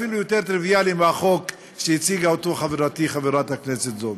אפילו יותר טריוויאלי מהחוק שהציגה חברתי חברת הכנסת זועבי.